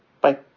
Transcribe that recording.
Bye